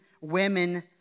women